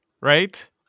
right